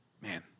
Man